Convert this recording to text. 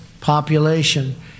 population